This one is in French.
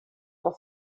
dans